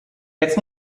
jetzt